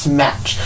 match